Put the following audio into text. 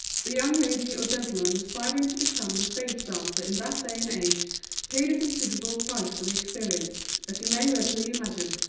the young lady or gentleman aspiring to become a stage dancer in that day and age paid a considerable price for the experience, as you may readily imagine.